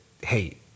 hey